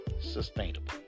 sustainable